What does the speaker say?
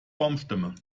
baumstämmen